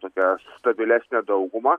tokią stabilesnę daugumą